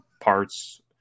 parts